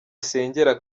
asengera